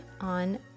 on